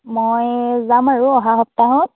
মই যাম আৰু অহা সপ্তাহত